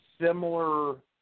similar